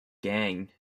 gang